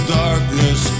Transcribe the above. darkness